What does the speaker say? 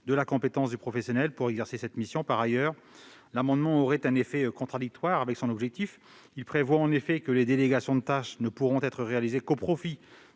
de la compétence du professionnel pour exercer cette mission. Par ailleurs, l'adoption de l'amendement aurait un effet contradictoire avec son objet : il tend à prévoir que les délégations de tâches ne pourront être réalisées qu'au profit